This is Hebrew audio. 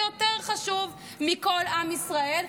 זה יותר חשוב מכל עם ישראל,